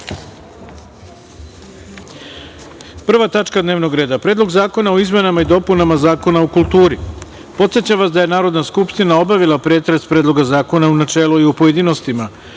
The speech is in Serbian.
tačka dnevnog reda – Predlog zakona o izmenama i dopunama Zakona o kulturiPodsećam vas da je Narodna skupština obavila pretres Predloga zakona u načelu i u pojedinostima,